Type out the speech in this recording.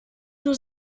nur